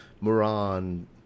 moran